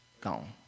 Gone